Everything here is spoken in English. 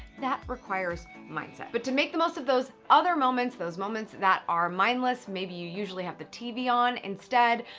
that requires mindset. but to make the most of those other moments, those moments that are mindless, maybe you usually have the tv on instead,